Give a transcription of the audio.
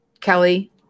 Kelly